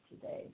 today